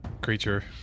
creature